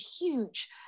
huge